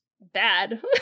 bad